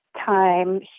time